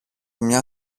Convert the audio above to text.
μια